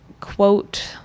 quote